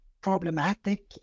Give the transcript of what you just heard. problematic